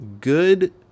good